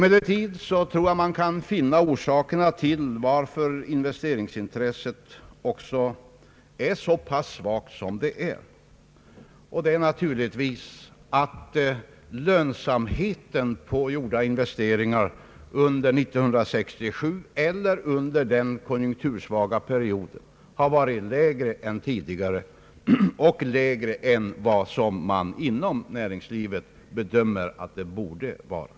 Emellertid tror jag man kan finna en orsak till det svaga investeringsintresset i att lönsamheten på gjorda investeringar under 1967, eller under den konjunktursvaga perioden, har varit lägre än tidigare, och framför allt lägre än man inom näringslivet bedömer att den borde vara.